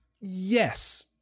Yes